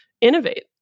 innovate